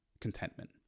contentment